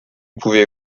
pouvait